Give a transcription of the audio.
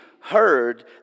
heard